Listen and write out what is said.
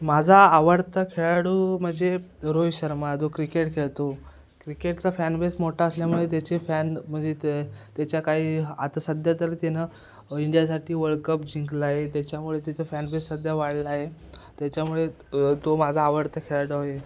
माझा आवडता खेळाडू म्हणजे रोहित शर्मा जो क्रिकेट खेळतो क्रिकेटचा फॅनबेस मोठा असल्यामुळे त्याचे फॅन म्हणजे ते त्याच्या काही आता सध्या तर त्यानं इंडियासाठी वर्ल्डकप जिंकला आहे त्याच्यामुळे त्याचं फॅनबेस सध्या वाढला आहे त्याच्यामुळे तो माझा आवडता खेळाडू आहे